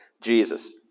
Jesus